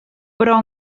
però